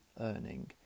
earning